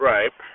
Right